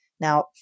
Now